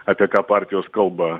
apie ką partijos kalba